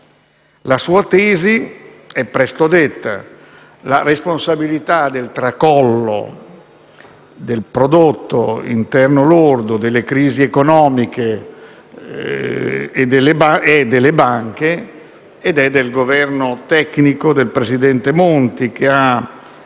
La sua tesi è presto detta: la responsabilità del tracollo del prodotto interno loro, delle crisi economiche e delle banche è del Governo tecnico del presidente Monti, che ha